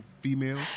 female